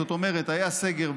זאת אומרת היה סגר,